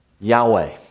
Yahweh